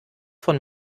von